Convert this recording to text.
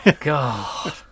God